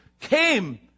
came